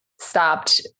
stopped